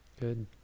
good